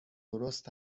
درست